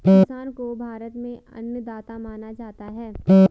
किसान को भारत में अन्नदाता माना जाता है